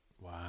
Wow